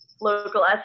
Local